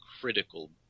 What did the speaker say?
critical